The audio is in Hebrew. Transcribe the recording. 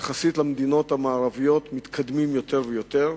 אנחנו מתקדמים יותר ויותר